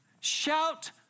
Shout